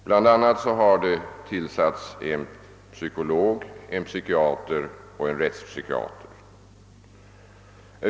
Bl a. har det tillsatts en psykolog, en psykiater och en rättspsykiater.